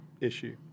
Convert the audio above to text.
issue